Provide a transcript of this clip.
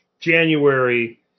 January